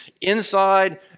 inside